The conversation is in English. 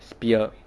sphere